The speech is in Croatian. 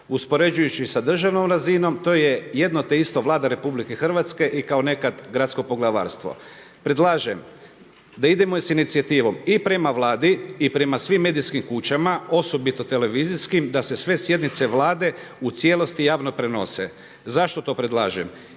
uspoređujući sa državnom razinom to je jedno te isto, Vlada RH i kao nekad Gradsko poglavarstvo. Predlažem da idemo i sa inicijativom i prema Vladi i prema svim medijskim kućama, osobito televizijskim da se sve sjednice Vlade u cijelosti javno prenose. Zašto to predlažem?